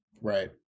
Right